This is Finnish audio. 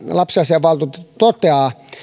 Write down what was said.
lapsiasiainvaltuutettu toteaa